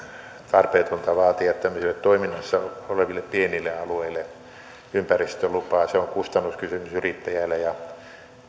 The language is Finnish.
tarpeetonta vaatia tämmöisille toiminnassa oleville pienille alueille ympäristölupaa se on kustannuskysymys yrittäjälle ja